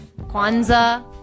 Kwanzaa